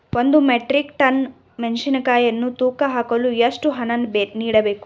ಒಂದು metric ton ಮೆಣಸಿನಕಾಯಿಯನ್ನು ತೂಕ ಹಾಕಲು ಎಷ್ಟು ಹಣ ನೀಡಬೇಕು?